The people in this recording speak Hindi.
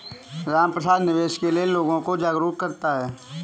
रामप्रसाद निवेश के लिए लोगों को जागरूक करता है